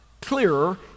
clearer